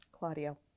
Claudio